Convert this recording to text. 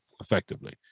effectively